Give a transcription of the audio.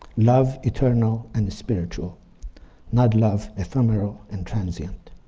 love eternal and spiritual not love ephemeral and transient.